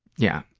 yeah.